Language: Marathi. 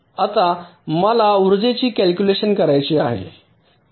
आत्ता मला ऊर्जेची कॅल्क्युलेशन करायची आहे